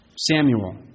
Samuel